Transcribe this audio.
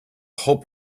hope